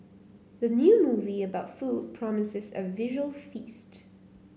the new movie about food promises a visual feast